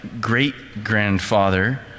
great-grandfather